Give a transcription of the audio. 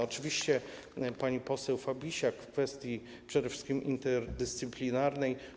Oczywiście pani poseł Fabisiak w kwestii przede wszystkim interdyscyplinarnej.